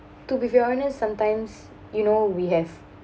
to be very honest sometimes you know we have